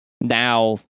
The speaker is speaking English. now